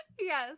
yes